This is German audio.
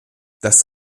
das